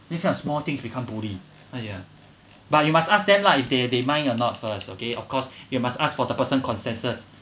this kind of small things become bully !aiya! but you must ask them lah if they they mind or not first okay of course you must ask for the person consensus